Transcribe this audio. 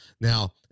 Now